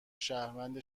شهروند